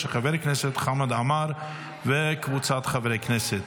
של חבר הכנסת חמד עמאר וקבוצת חברי הכנסת.